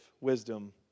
wisdom